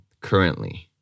currently